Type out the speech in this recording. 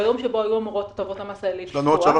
ביום שבו היו אמורות הטבות המס האלה לפקוע,